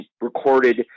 recorded